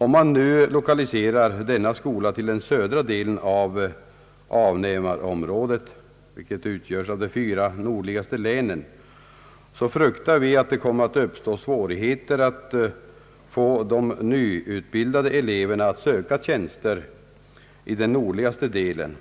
Om man lokaliserar denna skola till den södra delen av avnämarområdet, vilket utgörs av de fyra nordligaste länen, fruktar vi att det kommer att uppstå svårigheter att få de nyutbildade eleverna att söka tjänster i den nordligaste delen